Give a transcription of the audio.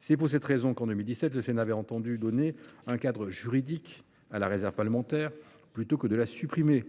vie politique, le Sénat a souhaité donner un cadre juridique à la réserve parlementaire, plutôt que de la supprimer.